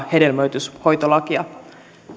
hedelmöityshoitolakia